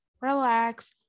relax